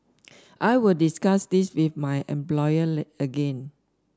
I will discuss this with my employer again